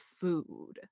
food